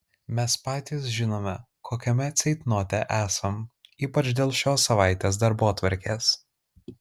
mes patys žinome kokiame ceitnote esam ypač dėl šios savaitės darbotvarkės